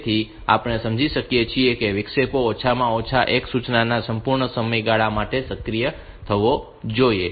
તેથી આપણે સમજી શકીએ છીએ કે વિક્ષેપો ઓછામાં ઓછા એક સૂચનાના સંપૂર્ણ સમયગાળા માટે સક્રિય થવો જોઈએ